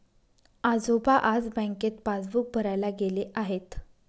आजोबा आज बँकेत पासबुक भरायला गेले आहेत